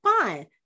fine